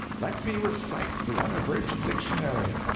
let me recite the unabridged dictionary.